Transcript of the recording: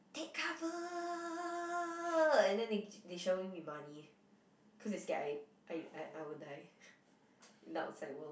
take cover and then they shower me with money cos they scared I I I will die in the outside world